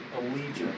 allegiance